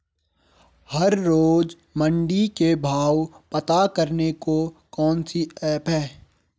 हर रोज़ मंडी के भाव पता करने को कौन सी ऐप है?